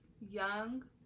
young